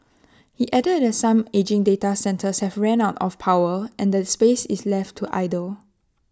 he added that some ageing data centres have ran out of power and the space is left to idle